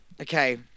Okay